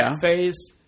phase